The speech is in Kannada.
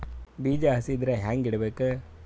ಬೀಜ ಹಸಿ ಇದ್ರ ಹ್ಯಾಂಗ್ ಇಡಬೇಕು?